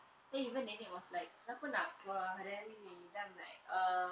then even nenek was like kenapa nak keluar tiap-tiap hari ni then I'm like err